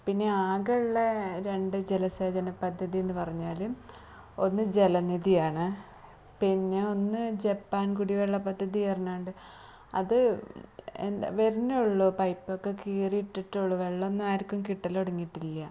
പിന്നെ ആകെ ഉള്ള രണ്ട് ജലസേചന പദ്ധതി എന്ന് പറഞ്ഞാൽ ഒന്ന് ജലനിധിയാണ് പിന്നെ ഒന്ന് ജപ്പാന് കുടിവെള്ള പദ്ധതി വരുന്നുണ്ട് അത് വരുന്നെയുള്ളൂ പൈപ്പൊക്കെ കീറിയിട്ടിട്ടേ ഉള്ളു വെള്ളം ഒന്നും ആര്ക്കും കിട്ടൽ തുടങ്ങിയിട്ടില്ല